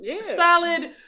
solid